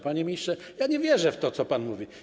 Panie ministrze, nie wierzę w to, co pan mówi.